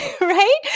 right